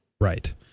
Right